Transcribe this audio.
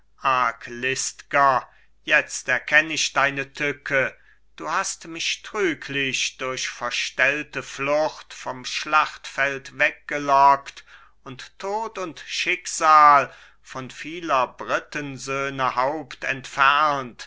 arglistger jetzt erkenn ich deine tücke du hast mich trüglich durch verstellte flucht vom schlachtfeld weggelockt und tod und schicksal von vieler britensöhne haupt entfernt